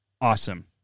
Awesome